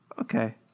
Okay